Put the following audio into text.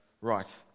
right